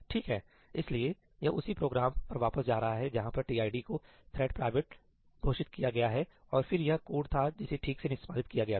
ठीक है इसलिए यह उसी प्रोग्राम पर वापस जा रहा है जहां tid को थ्रेड प्राइवेट ठीक है घोषित किया गया है और फिर यह कोड था जिसे ठीक से निष्पादित किया गया था